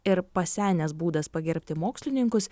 ir pasenęs būdas pagerbti mokslininkus